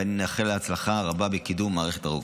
ואני מאחל לה הצלחה רבה בקידום מערכת הרוקחות.